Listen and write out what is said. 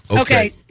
Okay